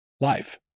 life